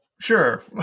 sure